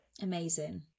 Amazing